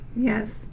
yes